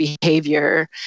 behavior